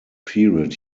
period